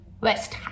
West